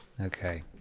Okay